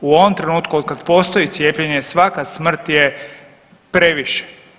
U ovom trenutku od kad postoji cijepljenje svaka smrt je previše.